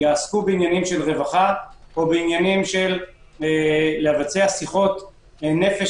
יעסקו בעניינים של רווחה או בעניינים של לבצע שיחות נפש